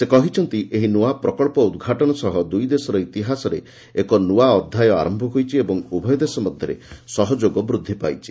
ସେ କହିଛନ୍ତି ଏହି ପ୍ରକଳ୍ପ ଉଦ୍ଘାଟନ ସହ ଦୁଇ ଦେଶର ଇତିହାସରେ ଏକ ନ୍ନଆ ଅଧ୍ୟାୟ ଆରମ୍ଭ ହୋଇଛି ଓ ଉଭୟ ଦେଶ ମଧ୍ୟରେ ସହଯୋଗ ବୃଦ୍ଧି ପାଇଛି